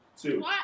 Two